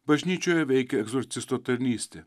bažnyčioje veikia egzorcisto tarnystė